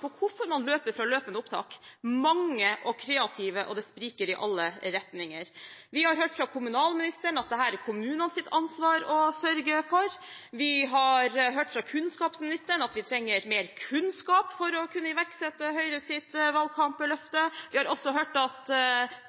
på hvorfor man løper fra løpende opptak, er mange og kreative, og de spriker i alle retninger. Vi har hørt fra kommunalministeren at dette er det kommunenes ansvar å sørge for. Vi har hørt fra kunnskapsministeren at vi trenger mer kunnskap for å kunne iverksette Høyres valgkampløfte. Vi har også hørt at